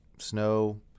snow